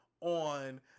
on